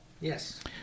Yes